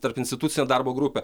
tarpinstitucinio darbo grupė